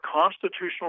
constitutional